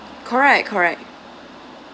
correct correct